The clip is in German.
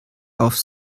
auf